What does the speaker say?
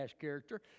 character